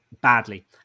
badly